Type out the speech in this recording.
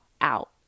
out